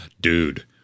Dude